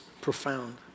profound